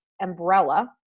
umbrella